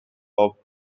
called